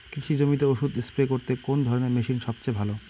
কৃষি জমিতে ওষুধ স্প্রে করতে কোন ধরণের মেশিন সবচেয়ে ভালো?